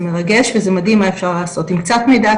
זה מרגש וזה מדהים מה אפשר לעשות עם קצת מידע,